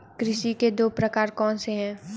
कृषि के दो प्रकार कौन से हैं?